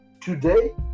Today